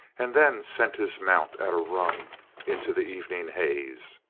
and then sent his mount at a run into the evening haze.